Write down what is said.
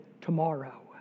tomorrow